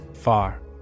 Far